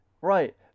Right